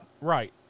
Right